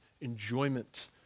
enjoyment